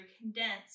condensed